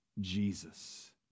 Jesus